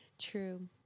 True